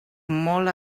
molt